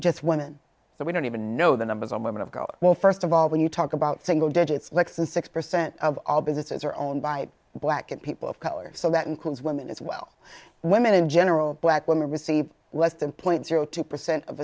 just women so we don't even know the numbers a moment ago well first of all when you talk about single digits lexan six percent of all businesses are owned by black people of color so that includes women as well women in general black women receive less than point zero two percent of